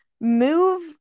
move